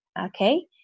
okay